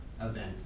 event